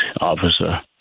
officer